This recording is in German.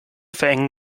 verengen